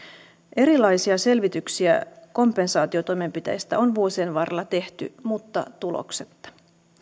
erilaisia selvityksiä kompensaatiotoimenpiteistä on vuosien varrella tehty mutta tuloksetta